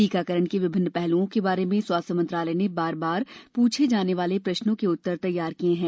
टीकाकरण के विभिन्न पहलुओं के बारे में स्वास्थ्य मंत्रालय ने बार बार पूछे जाने वाले प्रश्नों के उत्तर तैयार किये हैं